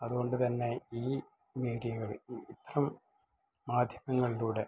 അതുകൊണ്ട് തന്നെ ഈ മീഡിയകൾ ഉഭ്ര മാധ്യമ ങ്ങളിലൂടെ